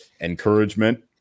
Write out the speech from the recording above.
encouragement